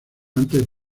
antes